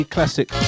Classic